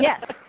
yes